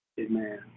Amen